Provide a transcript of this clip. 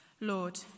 Lord